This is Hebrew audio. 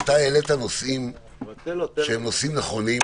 אתה העלית נושאים שהם נושאים נכונים,